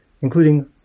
including